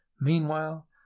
meanwhile